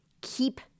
keep